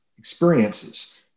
Experiences